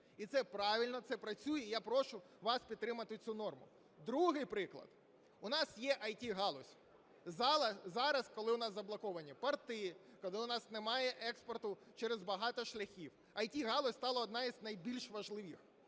І це правильно, це працює. І я прошу вас підтримати цю норму. Другий приклад. У нас є ІТ-галузь. Зараз, коли у нас заблоковані порти, коли у нас немає експорту через багато шляхів, ІТ-галузь стала однією з найбільш важливих.